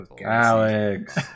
Alex